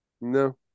no